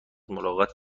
ملاقات